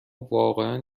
واقعا